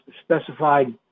specified